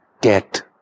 Get